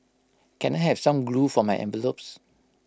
can I have some glue for my envelopes